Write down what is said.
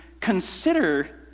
consider